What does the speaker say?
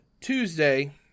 Tuesday